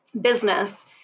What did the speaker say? business